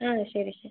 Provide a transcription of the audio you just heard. ആ ശരി ശരി